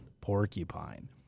porcupine